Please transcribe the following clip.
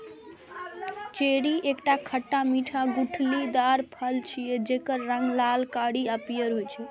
cherry एकटा खट्टा मीठा गुठलीदार फल छियै, जेकर रंग लाल, कारी आ पीयर होइ छै